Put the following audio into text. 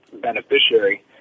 beneficiary